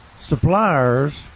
suppliers